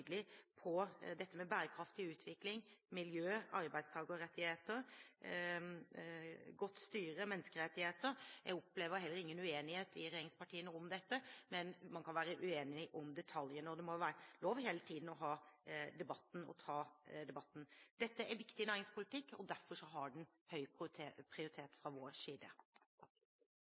bærekraftig utvikling, miljø, arbeidstakerrettigheter, godt styre og menneskerettigheter. Jeg opplever heller ingen uenighet i regjeringspartiene om dette, men man kan være uenig om detaljene, og det må hele tiden være lov å ta debatten. Dette er viktig næringspolitikk, og derfor har den høy prioritet fra vår side.